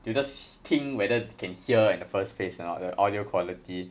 they'll just 听 whether they can hear in the first place or not the audio quality